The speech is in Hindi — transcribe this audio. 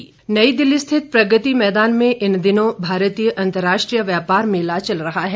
व्यापार मेला नई दिल्ली स्थित प्रगति मैदान में इन दिनों भारतीय अंतरराष्ट्रीय व्यापार मेला चल रहा है